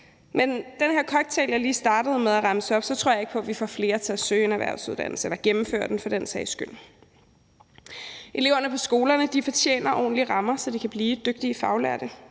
med den her cocktail af forhold, jeg lige startede med at remse op, tror jeg ikke på at vi får flere til at søge en erhvervsuddannelse – eller gennemføre den, for den sags skyld. Eleverne på skolerne fortjener ordentlige rammer, så de kan blive dygtige faglærte.